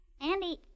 Andy